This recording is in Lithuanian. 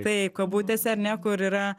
taip kabutėse ar ne kur yra